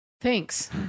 thanks